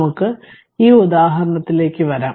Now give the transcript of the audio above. നമുക്ക് ഈ ഉദാഹരണത്തിലേക്ക് വരാം